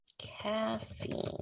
caffeine